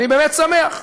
אני באמת שמח,